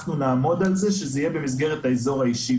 אנחנו נעמוד על זה שזה יהיה במסגרת האזור האישי,